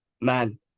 man